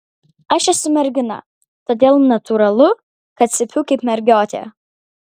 aš esu mergina todėl natūralu kad cypiu kaip mergiotė